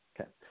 Okay